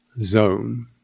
zone